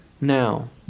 now